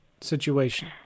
situation